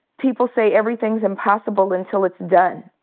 people say, everything's impossible until it's done.